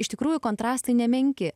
iš tikrųjų kontrastai nemenki